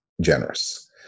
generous